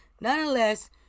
nonetheless